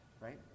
right